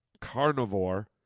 carnivore